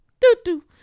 do-do